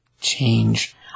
change